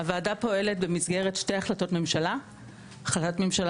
הוועדה פועלת במסגרת שתי החלטות ממשלה החלטת ממשלה